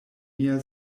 mia